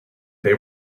they